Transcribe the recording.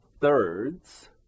thirds